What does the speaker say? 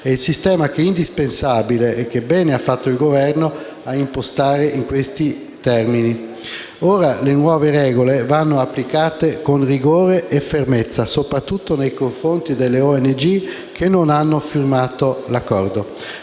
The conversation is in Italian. Sistema che è indispensabile e che bene ha fatto il Governo a impostare in questi termini. Ora le nuove regole vanno applicate con rigore e fermezza, soprattutto nei confronti delle ONG che non hanno firmato l'accordo.